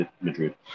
Madrid